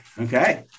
Okay